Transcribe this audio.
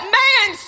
man